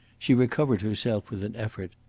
she recovered herself with an effort.